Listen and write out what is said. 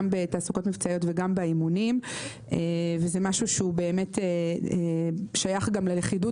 בתעסוקות מבצעיות וגם באימונים וזה משהו שהוא באמת שייך גם ללכידות